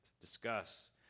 discuss